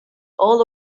all